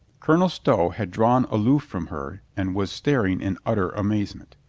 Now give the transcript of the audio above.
colonel stow had drawn aloof from her and was staring in utter amazement.